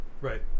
Right